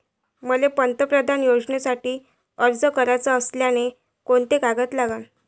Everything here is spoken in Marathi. मले पंतप्रधान योजनेसाठी अर्ज कराचा असल्याने कोंते कागद लागन?